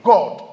God